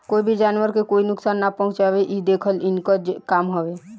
कोई भी जानवर के कोई नुकसान ना पहुँचावे इ देखल इनकर काम हवे